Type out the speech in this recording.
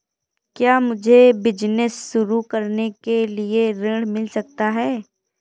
क्या मुझे बिजनेस शुरू करने के लिए ऋण मिल सकता है?